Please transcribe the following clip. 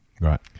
Right